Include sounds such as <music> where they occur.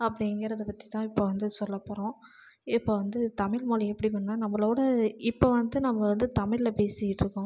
அப்படிங்கிறத பற்றிதான் இப்போ வந்து சொல்லப்போகிறோம் இப்போ வந்து தமிழ்மொழி எப்படி <unintelligible> நம்மளோடய இப்போ வந்து நம்ம வந்து தமிழில் பேசிக்கிட்டிருக்கோம்